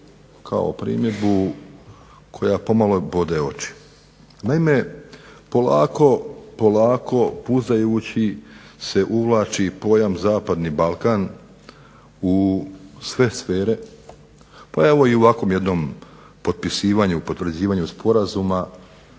kao primjedbu koja pomalo bode oči. Naime, polako pucajući se uvlači pojam zapadni Balkan u sve sfere pa evo i u ovakvom jednom potpisivanju, potvrđivanju sporazuma